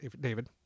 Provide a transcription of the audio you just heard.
David